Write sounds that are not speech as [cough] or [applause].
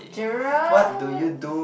Gerald [breath]